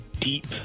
deep